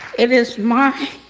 it is my